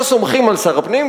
לא סומכים על שר הפנים,